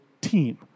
team